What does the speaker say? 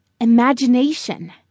imagination